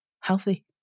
healthy